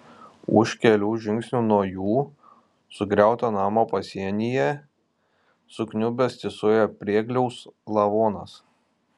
už kelių žingsnių nuo jų sugriauto namo pasienyje sukniubęs tysojo priegliaus lavonas